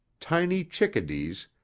tiny chickadees,